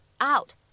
out